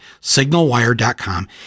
signalwire.com